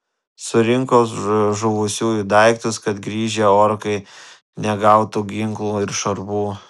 surinko žuvusiųjų daiktus kad grįžę orkai negautų ginklų ir šarvų